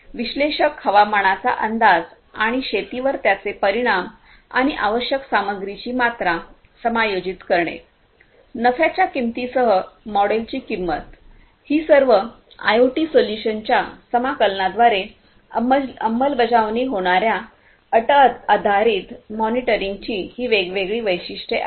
विश्लेषक हवामानाचा अंदाज आणि शेतीवर त्यांचे परिणाम आणि आवश्यक सामग्रीची मात्रा समायोजित करणे नफ्याच्या किंमतीसह मॉडेलची किंमत ही सर्व आयओटी सोल्यूशन्सच्या समाकलनाद्वारे अंमलबजावणी होणाऱ्या अट आधारित मॉनिटरींगची ही वेगवेगळी वैशिष्ट्ये आहेत